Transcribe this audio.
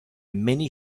many